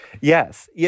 Yes